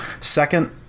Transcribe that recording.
Second